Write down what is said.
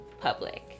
Public